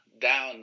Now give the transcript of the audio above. down